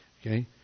Okay